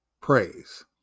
praise